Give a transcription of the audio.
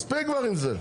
מספיק כבר עם זה.